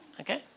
Okay